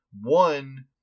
one